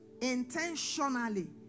intentionally